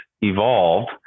evolved